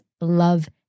love